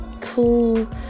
cool